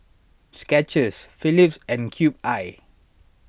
Skechers Phillips and Cube I